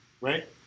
right